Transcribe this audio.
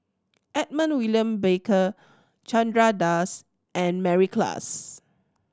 Edmund William Barker Chandra Das and Mary Klass